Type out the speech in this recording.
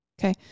Okay